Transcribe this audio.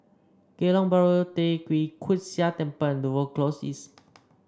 Geylang Bahru Tee Kwee Hood Sia Temple and were Close East